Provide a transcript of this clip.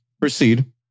Proceed